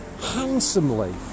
handsomely